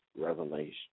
revelation